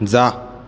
जा